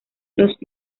los